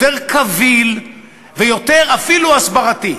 יותר קביל ואפילו יותר הסברתי.